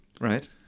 Right